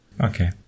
Okay